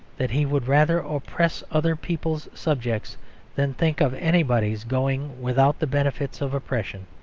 that he would rather oppress other people's subjects than think of anybody going without the benefits of oppression.